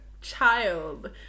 child